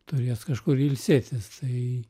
turės kažkur ilsėtis tai